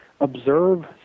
observe